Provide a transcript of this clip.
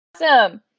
Awesome